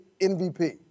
MVP